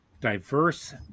diverse